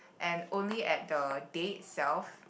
and only at the day itself